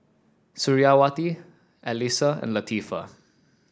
Suriawati Alyssa and Latifa